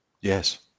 yes